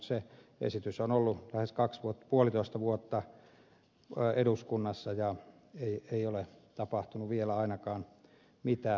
se esitys on ollut lähes puolitoista vuotta eduskunnassa mutta ei ole tapahtunut vielä ainakaan mitään